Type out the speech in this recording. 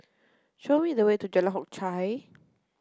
show me the way to Jalan Hock Chye